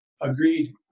Agreed